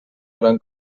gran